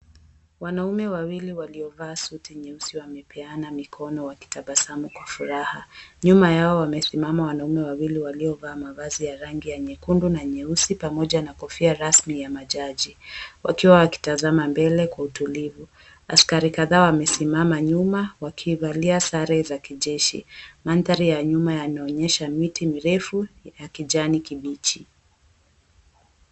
Wanaume wawili waliovaa suti nyeusi wamepeana mikono wakitabasamu kwa furaha. Nyuma yao wamesimama wanaume wawili waliovaa mavazi ya rangi ya nyekundu na nyeusi pamoja na kofia rasmi ya majaji, wakiwa wakitazama mbele kwa utulivu. Askari kadhaa wamesimama nyuma wakivalia sare za kijeshi. Mandhari ya nyuma yanaonyesha miti mirefu ya kijani kibichi.